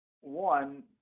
one